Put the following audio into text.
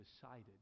decided